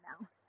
now